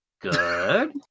Good